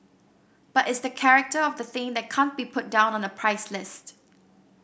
but it's the character of the thing that can't be put down on a price list